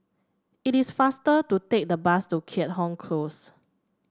it is faster to take the bus to Keat Hong Close